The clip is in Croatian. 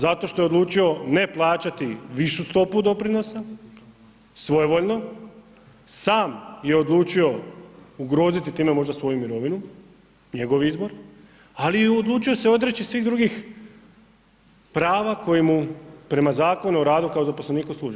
Zato što je odlučio ne plaćati višu stopu doprinosa svojevoljno, sam je odlučio ugroziti time možda svoju mirovinu, njegov izbor, ali je i odlučio se odreći i svih drugih prava koja mu prema Zakonu o radu kao zaposleniku služe.